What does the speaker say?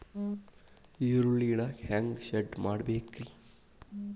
ಈರುಳ್ಳಿ ಇಡಾಕ ಹ್ಯಾಂಗ ಶೆಡ್ ಮಾಡಬೇಕ್ರೇ?